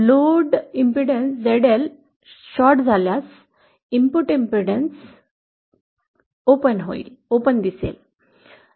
load प्रतिबाधा ZL short झाल्यास input प्रतिबाधा खुला दिसेल